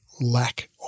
lack